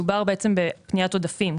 מדובר בפניית עודפים,